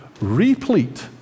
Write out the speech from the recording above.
replete